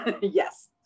Yes